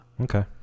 Okay